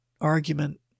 argument